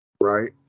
Right